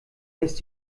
ist